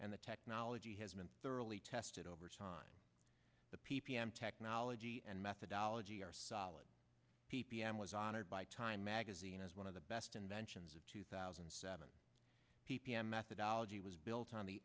and the technology has been thoroughly tested over time the p p m technology and methodology are solid p p m was honored by time magazine as one of the best inventions of two thousand and seven p p m methodology was built on the